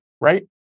right